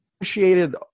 appreciated